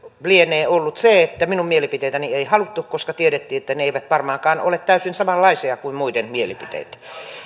lienee ollut se että minun mielipiteitäni ei haluttu koska tiedettiin että ne eivät varmaankaan ole täysin samanlaisia kuin muiden mielipiteet